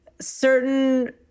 certain